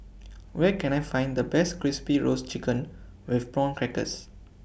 Where Can I Find The Best Crispy Roasted Chicken with Prawn Crackers